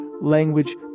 Language